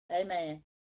Amen